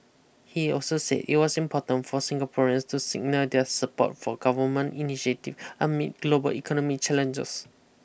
he also said it was important for Singaporeans to signal their support for government initiative amid global economic challenges